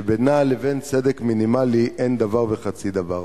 שבינן לבין צדק מינימלי אין דבר וחצי דבר.